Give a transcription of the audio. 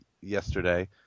yesterday